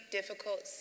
Difficult